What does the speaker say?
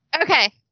Okay